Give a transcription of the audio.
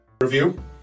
Review